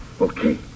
Okay